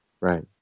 Right